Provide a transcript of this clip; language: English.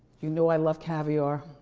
you know i love caviar. a